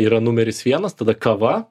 yra numeris vienas tada kava